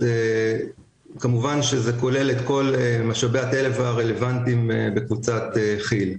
כמובן שזה כולל את כל משאבי הטבע הרלוונטיים בקבוצת כי"ל.